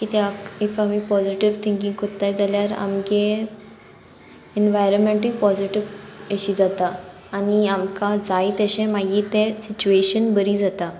कित्याक ईफ आमी positive thinking कोत्ताय जाल्यार आमगे एनवायरमेंटूय पॉजिटीव एशी जाता आनी आमकां जाय तेशें मागीर तें सिच्युएशन बरी जाता